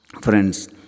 Friends